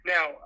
Now